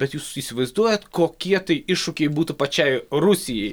bet jūs įsivaizduojat kokie tai iššūkiai būtų pačiai rusijai